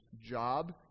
job